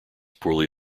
poorly